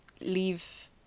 leave